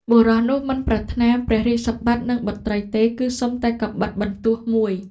បុរសនោះមិនប្រាថ្នាព្រះរាជសម្បត្តិ និងបុត្រីទេ គឺសុំតែកាំបិតបន្ទោះមួយ។